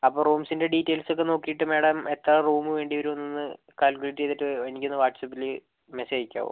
അപ്പോൾ റൂംസിൻ്റെ ഡീറ്റൈൽസ് ഒക്കെ നോക്കിയിട്ട് മാഡം എത്ര റൂം വേണ്ടി വരും എന്ന് ഒന്ന് കാൽക്കുലേറ്റ് ചെയ്തിട്ട് എനിക്ക് ഒന്ന് വാട്ട്സ്ആപ്പിൽ മെസ്സേജ് അയയ്ക്കാവോ